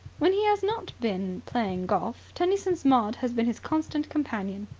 when he has not been playing golf, tennyson's maud has been his constant companion.